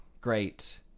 great